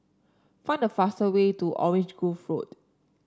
find the fastest way to Orange Grove Road